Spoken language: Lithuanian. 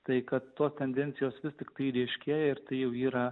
tai kad tos tendencijos vis tiktai ryškėja ir tai jau yra